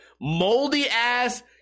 moldy-ass